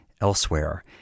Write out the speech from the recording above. elsewhere